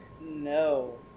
No